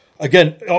Again